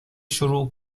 شروع